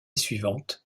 suivante